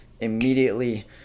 immediately